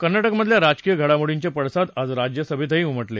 कर्नाटकमधल्या राजकीय घडामोडींचे पडसाद आज राज्यसभेतही उमटले